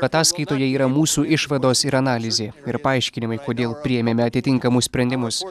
ataskaitoje yra mūsų išvados ir analizė ir paaiškinimai kodėl priėmėme atitinkamus sprendimus